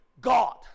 God